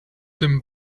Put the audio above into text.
them